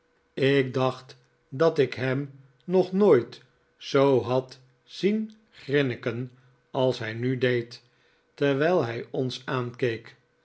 ik dacht dat ik ham nog nooit zoo had zien grinniken als hij nu deed terwijl hij ons aankeek